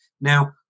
Now